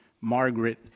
Margaret